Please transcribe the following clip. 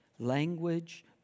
Language